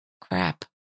crap